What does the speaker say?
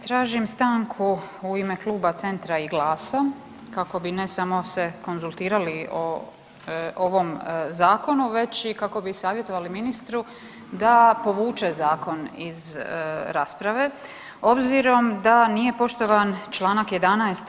Tražim stanku u ime kluba Centra i GLAS-a kako bi ne samo se konzultirali o ovom zakonu već i kako bi savjetovali ministru da povuče zakon iz rasprave, obzirom da nije poštovan čl. 11.